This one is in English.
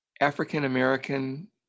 African-American